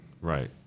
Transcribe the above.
Right